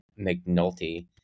mcnulty